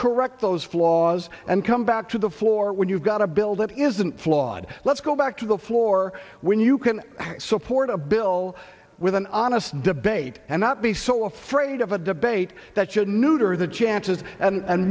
correct those flaws and come back to the floor when you've got a build up isn't flawed let's go back to the floor when you can support a bill with an honest debate and not be so afraid of a debate that should neuter the chances